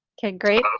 okay great